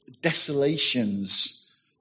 desolations